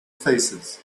faces